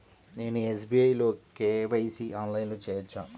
నేను ఎస్.బీ.ఐ లో కే.వై.సి ఆన్లైన్లో చేయవచ్చా?